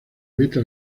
meta